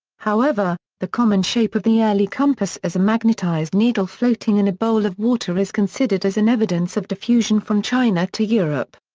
however, the common shape of the early compass as a magnetized needle floating in a bowl of water is considered as an evidence of diffusion from china to europe.